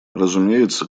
разумеется